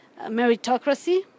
meritocracy